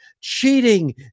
cheating